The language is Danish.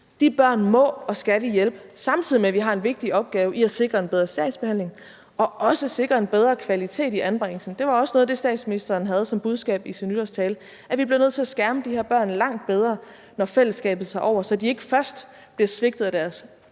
De børn må og skal vi hjælpe, samtidig med at vi har en vigtig opgave i at sikre en bedre sagsbehandling og sikre en bedre kvalitet i anbringelsen. Det var også noget af det, statsministeren havde som budskab i sin nytårstale: Vi bliver nødt til at skærme de her børn langt bedre, når fællesskabet tager over, så de ikke først bliver svigtet af deres